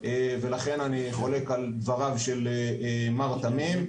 ולכן אני חולק על דבריו של מר תמים.